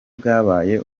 bwabaye